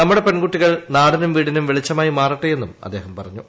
നമ്മുടെ പെൺകുട്ടികൾ നാടിനും വീടിനും വെളിച്ച്മാീയി മാറട്ടെയെന്നും അദ്ദേഹം പറഞ്ഞു